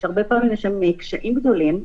שהרבה פעמים יש להם קשיים גדולים.